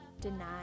denied